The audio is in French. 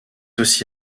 aussi